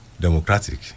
democratic